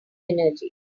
energy